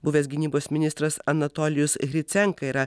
buvęs gynybos ministras anatolijus hricenka yra